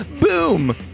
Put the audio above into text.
Boom